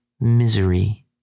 misery